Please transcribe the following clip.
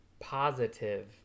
positive